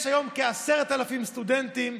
יש היום כ-10,000 סטודנטים,